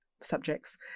subjects